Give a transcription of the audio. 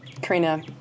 karina